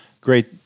great